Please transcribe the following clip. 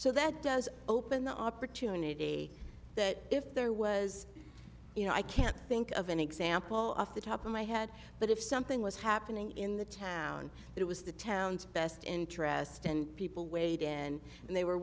so that does open the opportunity that if there was you know i can't think of an example off the top of my head but if something was happening in the town it was the town's best interest and people weighed in and they were